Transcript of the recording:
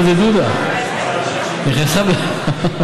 דרוש למשרד זמן נוסף להשלמת התקנת חקיקת המשנה